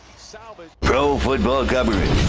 so but pro football government.